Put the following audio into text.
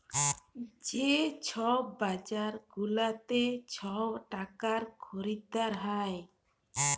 যে ছব বাজার গুলাতে ছব টাকার খরিদারি হ্যয়